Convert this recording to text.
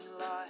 life